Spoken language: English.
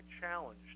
challenged